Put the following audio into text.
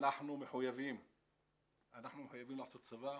אנחנו מחויבים לעשות צבא.